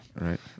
Right